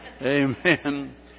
amen